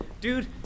Dude